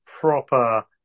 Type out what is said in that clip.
proper